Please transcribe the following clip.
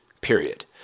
period